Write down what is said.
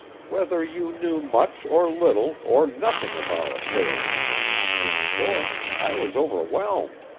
whether you knew much or little or nothing of our affairs in short, i was overwhelmed.